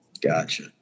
Gotcha